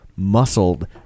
Muscled